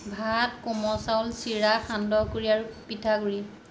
ভাত কোমল চাউল চিৰা সান্দহগুড়ি আৰু পিঠাগুড়ি